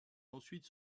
ensuite